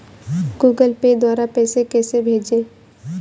Google Pay द्वारा पैसे कैसे भेजें?